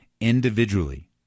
individually